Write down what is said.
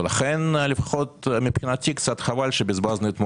לכן לפחות מבחינתי קצת חבל שבזבזנו אתמול